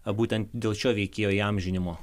būtent dėl šio veikėjo įamžinimo